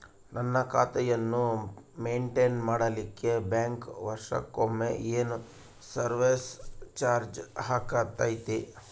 ನನ್ನ ಖಾತೆಯನ್ನು ಮೆಂಟೇನ್ ಮಾಡಿಲಿಕ್ಕೆ ಬ್ಯಾಂಕ್ ವರ್ಷಕೊಮ್ಮೆ ಏನು ಸರ್ವೇಸ್ ಚಾರ್ಜು ಹಾಕತೈತಿ?